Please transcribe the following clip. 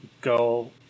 go